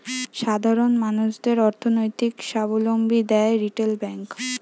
সাধারণ মানুষদের অর্থনৈতিক সাবলম্বী দ্যায় রিটেল ব্যাংক